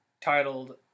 titled